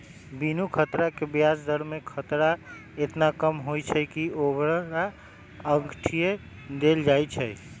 बिनु खतरा के ब्याज दर में खतरा एतना कम होइ छइ कि ओकरा अंठिय देल जाइ छइ